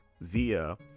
via